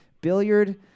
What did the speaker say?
billiard